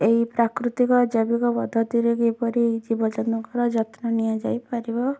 ଏଇ ପ୍ରାକୃତିକ ଜୈବିକ ପଦ୍ଧତିରେ କିପରି ଜୀବଜନ୍ତୁଙ୍କର ଯତ୍ନ ନିଆଯାଇ ପାରିବ